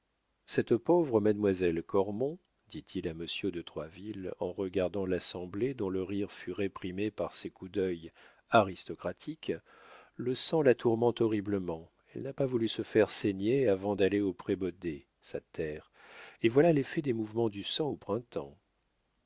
cette pauvre mademoiselle cormon dit-il à monsieur de troisville en regardant l'assemblée dont le rire fut réprimé par ses coups d'œil aristocratiques le sang la tourmente horriblement elle n'a pas voulu se faire saigner avant d'aller au prébaudet sa terre et voilà l'effet des mouvements du sang au printemps